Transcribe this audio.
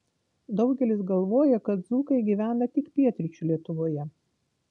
daugelis galvoja kad dzūkai gyvena tik pietryčių lietuvoje